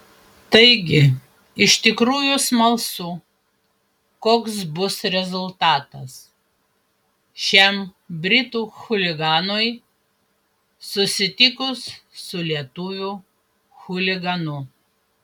taigi iš tikrųjų smalsu koks bus rezultatas šiam britų chuliganui susitikus su lietuvių chuliganu